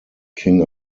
king